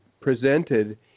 presented